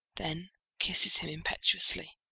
then kisses him impetuously.